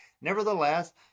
nevertheless